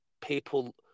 people